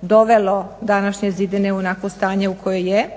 dovelo današnje zidine u onakvo stanje u koje je.